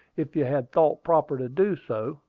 if you had thought proper to do so,